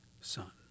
son